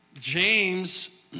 James